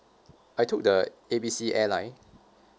I took the A B C airline